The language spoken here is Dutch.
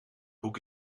boek